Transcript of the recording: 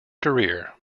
career